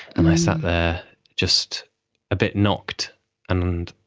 and i sat there just a bit knocked and